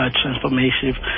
transformative